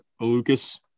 Lucas